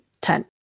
ten